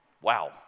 Wow